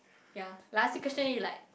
ya like I ask him question he like